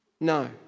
No